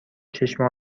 چشم